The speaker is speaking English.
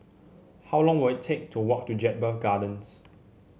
how long will it take to walk to Jedburgh Gardens